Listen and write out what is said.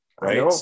right